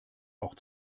auch